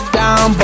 down